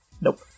Nope